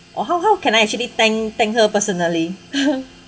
or how how can I actually thank thank her personally